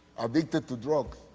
addicted to drugs,